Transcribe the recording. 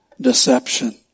deception